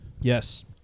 Yes